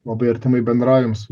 labai artimai bendraujam su